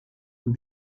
and